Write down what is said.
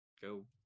go